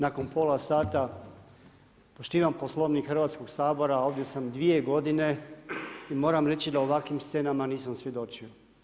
Nakon pola sata poštivam Poslovnik Hrvatskog sabora, ovdje sam dvije godine i moram reći da ovakvim scenama nisam svjedočio.